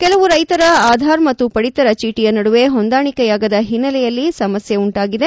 ಕೆಲವು ರೈತರ ಆಧಾರ್ ಮತ್ತು ಪದಿತರ ಚೀಟಿಯ ನಡುವೆ ಹೊಂದಾಣಿಕೆಯಾಗದ ಹಿನ್ನೆಲೆಯಲ್ಲಿ ಸಮಸ್ಯೆ ಉಂಟಾಗಿದೆ